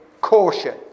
caution